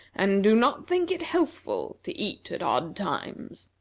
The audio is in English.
and do not think it healthful to eat at odd times.